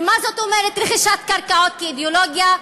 ומה זאת אומרת רכישת קרקעות כאידיאולוגיה?